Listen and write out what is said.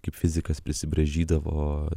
kaip fizikas prisibraižydavo